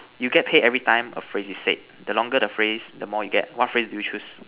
you get paid every time a phrase is said the longer the phrase the more you get what phrase do you choose